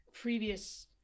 previous